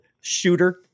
shooter